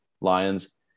Lions